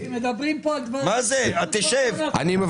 ----- אדוני,